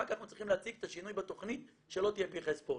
רק אנחנו צריכים להציג את השינוי בתכנית שלא יהיה פרחי ספורט.